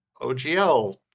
OGL